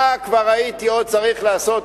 מה הייתי צריך עוד לעשות,